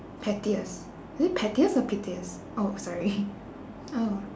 pettiest is it pettiest or pettiest oh sorry